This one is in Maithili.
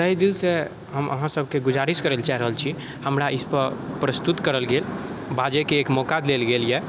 हम तहे दिलसे हम अहाँसबके गुजारिश करय लए चाहि रहल छी हमरा इस पर प्रस्तुत करल गेल बाजयके एक मौका देल गेल यऽ